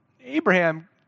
Abraham